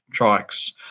trikes